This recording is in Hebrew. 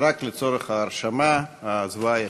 רק לצורך ההרשמה, ההצבעה החלה.